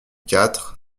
quatre